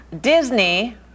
Disney